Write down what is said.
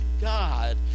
God